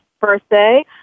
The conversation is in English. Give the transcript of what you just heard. birthday